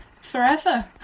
forever